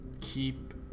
keep